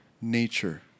nature